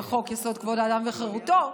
וחוק-יסוד: כבוד האדם וחירותו.